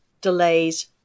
delays